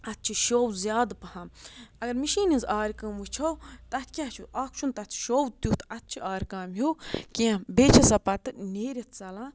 اَتھ چھِ شو زیادٕ پَہَم اگر مِشیٖن ہِنٛز آرِ کٲم وٕچھو تَتھ کیٛاہ چھُ اَکھ چھُنہٕ تَتھ شو تیُتھ اَتھ چھِ آرِ کامہِ ہیوٗ کینٛہہ بیٚیہِ چھِ سۄ پَتہٕ نیٖرِتھ ژَلان